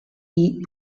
eat